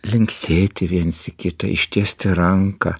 linksėti viens į kitą ištiesti ranką